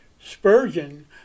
Spurgeon